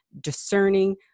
discerning